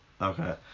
Okay